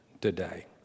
today